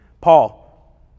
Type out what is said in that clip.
paul